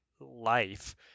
life